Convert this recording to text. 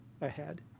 ahead